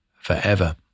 forever